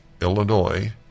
Illinois